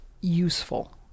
useful